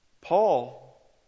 Paul